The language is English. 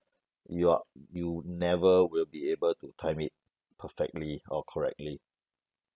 you're you never will be able to time it perfectly or correctly